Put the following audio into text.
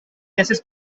genesis